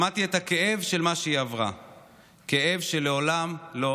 שמעתי את הכאב של מה שהיא עברה,